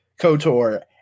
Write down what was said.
Kotor